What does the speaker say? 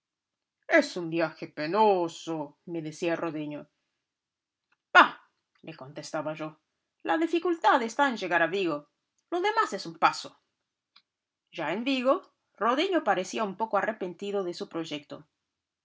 es un viaje penoso me decía rodiño bah le contestaba yo la dificultad está en llegar a vigo lo demás es un paso ya en vigo rodiño parecía un poco arrepentido de su proyecto